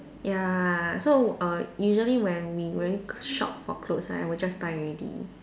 ya so err usually when we shop for clothes right I will just buy already